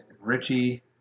Richie